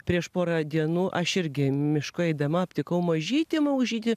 prieš porą dienų aš irgi mišku eidama aptikau mažytį mažytį